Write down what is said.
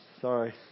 Sorry